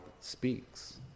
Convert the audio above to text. speaks